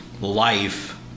life